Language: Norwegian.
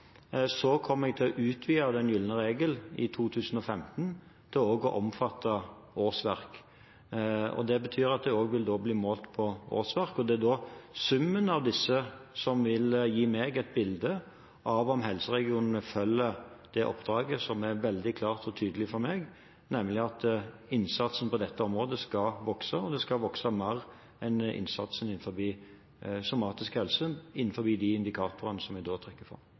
kommer jeg til å utvide den gylne regel i 2015 til også å omfatte årsverk. Det betyr at det også vil bli målt på årsverk, og det er da summen av disse som vil gi meg et bilde av om helseregionene følger det oppdraget som er veldig klart og tydelig for meg, nemlig at innsatsen på dette området skal vokse, og det skal vokse mer enn innsatsen i somatisk helse innenfor de indikatorene vi trekker fram.